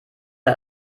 hat